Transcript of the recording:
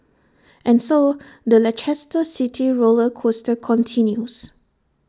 and so the Leicester city roller coaster continues